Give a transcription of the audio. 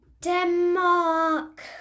Denmark